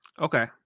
Okay